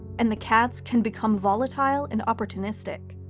and the cats can become volatile and opportunistic.